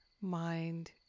mind